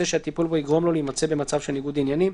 שהטיפול בו יגרום לו להימצא במצב של ניגוד עניינים.